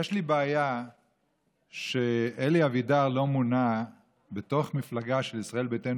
יש לי בעיה שאלי אבידר לא מונה מתוך מפלגה של ישראל ביתנו,